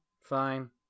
fine